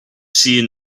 seen